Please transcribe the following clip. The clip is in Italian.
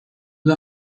due